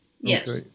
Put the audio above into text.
Yes